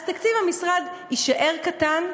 אז תקציב המשרד יישאר קטן,